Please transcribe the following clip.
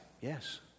Yes